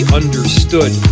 understood